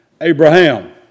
Abraham